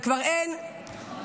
וכבר אין,